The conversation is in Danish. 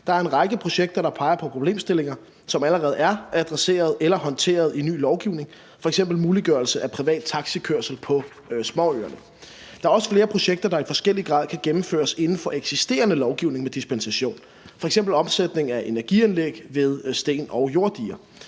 Der er en række projekter, der peger på problemstillinger, som allerede er adresseret eller håndteret i ny lovgivning, f.eks. muliggørelse af privat taxikørsel på småøerne. Der er også flere projekter, der i forskellig grad kan gennemføres inden for eksisterende lovgivning med dispensation, f.eks. opsætningen af energianlæg ved sten- og jorddiger.